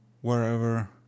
wherever